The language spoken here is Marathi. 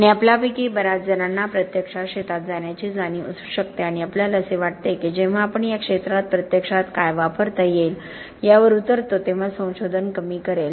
आणि आपल्यापैकी बर्याच जणांना प्रत्यक्ष शेतात जाण्याची जाणीव असू शकते आणि आपल्याला असे वाटते की जेव्हा आपण या क्षेत्रात प्रत्यक्षात काय वापरता येईल यावर उतरतो तेव्हा ते संशोधन कमी करेल